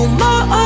more